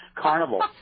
carnival